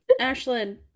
Ashlyn